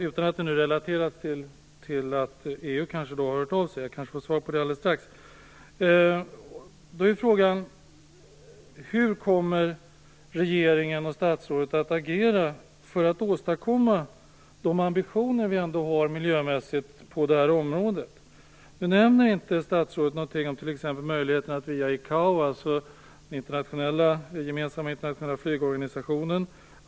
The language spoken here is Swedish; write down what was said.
Utan att det relaterats till att EU har hört av sig - men jag får kanske, som sagt, svar alldeles strax - är frågan: Hur kommer regeringen och statsrådet att agera för att åstadkomma något när det gäller de ambitioner som vi ändå har på det här området? Statsrådet nämner inte något om t.ex. möjligheterna att agera via ICAO, den gemensamma internationella flygorganisationen.